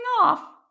off